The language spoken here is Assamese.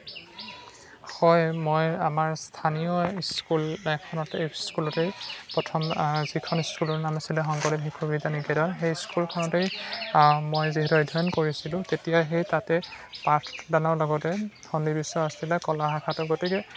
হয় মই আমাৰ স্থানীয় স্কুল এখনতে স্কুলতেই প্ৰথম যিখন স্কুলৰ নাম আছিলে শংকৰদেৱ শিশুবিদ্যা নিকেতন সেই স্কুলখনতেই মই যিহেতু অধ্যয়ন কৰিছিলোঁ তেতিয়া সেই তাতে পাঠদানৰ লগতে সন্নিবিষ্ট আছিলে কলা শাখাটো গতিকে